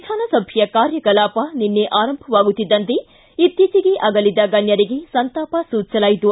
ವಿಧಾನಸಭೆಯ ಕಾರ್ಯಕಲಾಪ ನಿನ್ನೆ ಆರಂಭವಾಗುತ್ತಿದ್ದಂತೆ ಇತ್ತೀಚೆಗೆ ಆಗಲಿದ ಗಣ್ಣರಿಗೆ ಸಂತಾಪ ಸೂಚಿಸಲಾಯಿತು